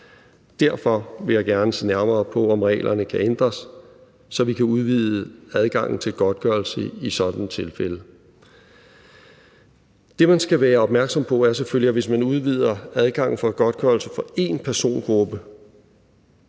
Derfor vil jeg gerne se nærmere på, om reglerne kan ændres, så vi kan udvide adgangen til godtgørelse i sådanne tilfælde. Det, man skal være opmærksom på, er selvfølgelig, at hvis man udvider adgangen til godtgørelse for én persongruppe,